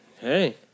Hey